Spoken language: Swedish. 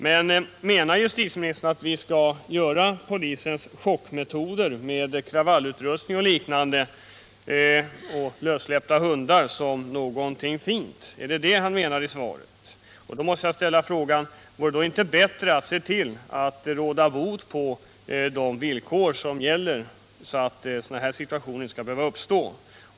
Men menar justitieministern i svaret att vi skall göra polisens chockmetoder med kravallutrustning och lössläppta hundar till någonting fint? Då måste jag fråga: Vore det inte bättre att råda bot på de villkor som gäller, så att sådana demonstrationer inte skall behöva uppstå?